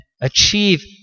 achieve